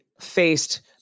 faced